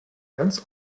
ganz